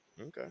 okay